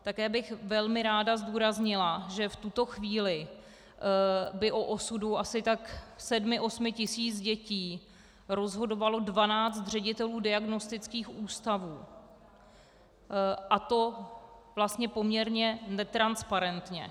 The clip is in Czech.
Také bych velmi ráda zdůraznila, že v tuto chvíli by o osudu asi tak sedmi osmi tisíc dětí rozhodovalo 12 ředitelů diagnostických ústavů, a to vlastně poměrně netransparentně.